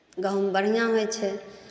गहूॅंम बढ़िऑं होइ छै